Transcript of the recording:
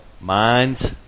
minds